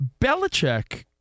Belichick